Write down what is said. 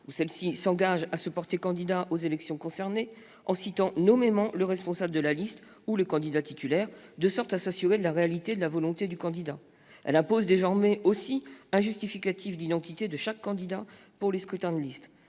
ou celle-ci s'engage à se porter candidat aux élections concernées, en citant nommément le responsable de la liste ou le candidat titulaire, de manière à s'assurer de la réalité de la volonté du candidat. Elle impose désormais aussi un justificatif d'identité de chaque candidat pour les scrutins de liste.